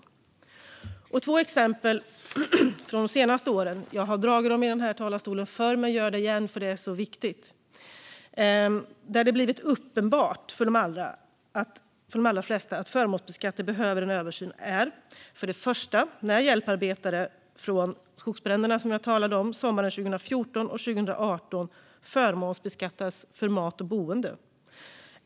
Det finns två exempel från de senaste åren - jag har dragit dem i den här talarstolen förr men jag gör det igen, för det här är så viktigt - där det har blivit uppenbart för de allra flesta att förmånsbeskattningen behöver en översyn. För det första gäller det hjälparbetare vid skogsbränderna, som jag talade om, sommaren 2014 och 2018 som förmånsbeskattats för mat och boende.